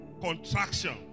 contraction